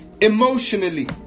emotionally